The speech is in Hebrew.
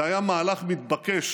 זה היה מהלך מתבקש,